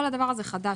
כל הדבר הזה חדש.